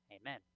Amen